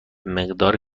مقدار